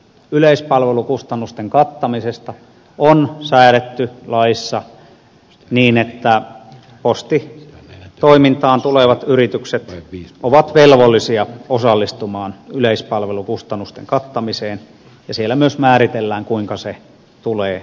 yleispalvelukustannusten kattamisesta on säädetty laissa niin että postitoimintaan tulevat yritykset ovat velvollisia osallistumaan yleispalvelukustannusten kattamiseen ja siellä myös määritellään kuinka se tulee tehdä